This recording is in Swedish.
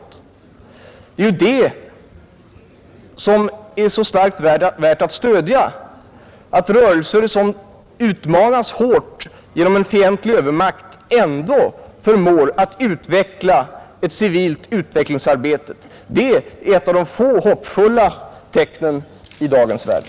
Det är ju detta som så starkt är värt att stödja, att rörelser som utmanas hårt genom en fientlig övermakt ändå förmår prestera ett civilt utvecklingsarbete. Det är ett av de få hoppfulla tecknen i dagens värld.